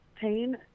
pain